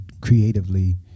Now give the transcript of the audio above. creatively